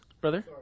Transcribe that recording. brother